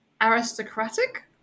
aristocratic